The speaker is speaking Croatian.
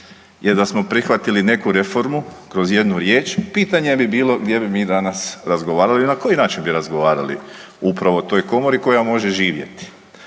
jer, da smo prihvatili neku reformu kroz jednu riječ, pitanje je bilo gdje bi mi danas razgovarali i na koji način bi razgovarali upravo o toj Komori koja može živjeti,